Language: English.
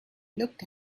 looked